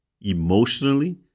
emotionally